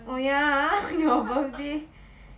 oh ya ah your birthday